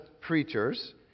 preachers